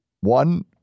one